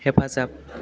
हेफाजाब